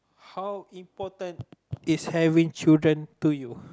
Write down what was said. how important is having children to you